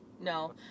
No